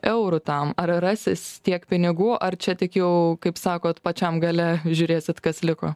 eurų tam ar rasis tiek pinigų ar čia tik jau kaip sakot pačiam gale žiūrėsit kas liko